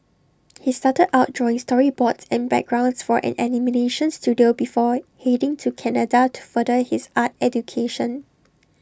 he started out drawing storyboards and backgrounds for an animation Studio before heading to Canada to further his art education